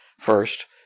First